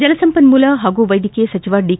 ಜಲಸಂಪನ್ಮೂಲ ಹಾಗೂ ವೈದ್ಯಕೀಯ ಸಚಿವ ದಿ